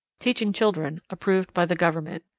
teaching children approved by the government.